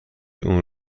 اون